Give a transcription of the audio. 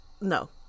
No